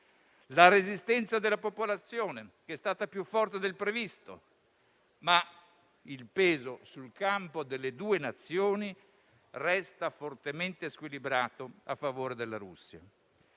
la resistenza della popolazione, che è stata più forte del previsto, anche se il peso sul campo delle due Nazioni resta fortemente squilibrato a favore della Russia.